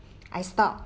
I stop